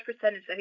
percentage